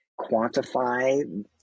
quantify